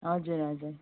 हजुर हजुर